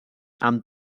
amb